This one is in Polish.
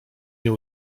nie